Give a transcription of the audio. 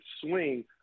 swing